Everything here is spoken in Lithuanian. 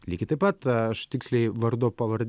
lygiai taip pat aš tiksliai vardu pavar